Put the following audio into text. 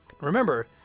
Remember